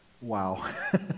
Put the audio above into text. wow